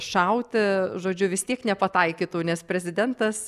šauti žodžiu vis tiek nepataikytų nes prezidentas